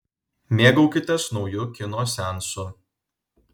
mėgaukitės nauju kino seansu